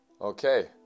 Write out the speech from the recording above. Okay